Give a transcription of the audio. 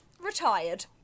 retired